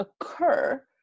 occur